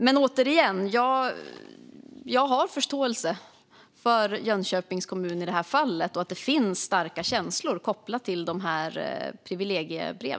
Men återigen: Jag har förståelse för Jönköpings kommun i det här fallet och för att det finns starka känslor kopplade till dessa privilegiebrev.